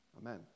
Amen